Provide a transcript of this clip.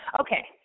Okay